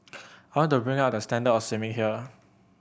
want to bring up the standard of swimming here